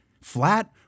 flat